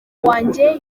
wanjye